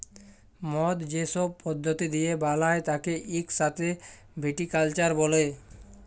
মদ যে সব পদ্ধতি দিয়ে বালায় তাকে ইক সাথে ভিটিকালচার ব্যলে